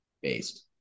Based